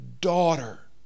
daughter